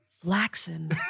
Flaxen